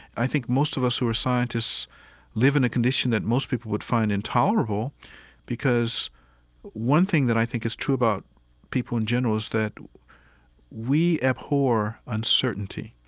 i think most of us who are scientists live in a condition that most people would find intolerable because one thing that i think is true about people in general is that we abhor uncertainty.